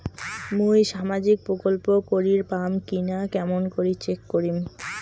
মুই সামাজিক প্রকল্প করির পাম কিনা কেমন করি চেক করিম?